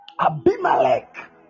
Abimelech